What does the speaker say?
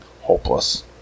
hopeless